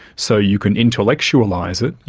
so you can intellectualise it, you